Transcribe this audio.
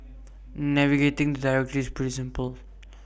navigating the directory is pretty simple